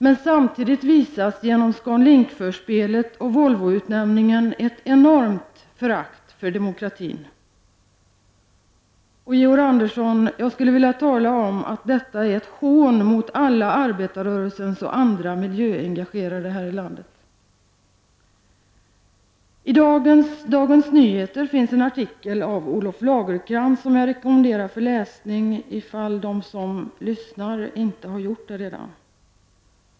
Men samtidigt visas genom ScanLink-förspelet och Volvoutnämningen ett enormt förakt för demokratin. Jag skulle, Georg Andersson, vilja säga att detta är ett hån mot alla miljöengagerade inom arbetarrörelsen och i andra organisationer här i landet. I dagens DN finns en artikel av Olof Lagercrantz, som jag rekommenderar alla här i kammaren att läsa, om de inte redan gjort det.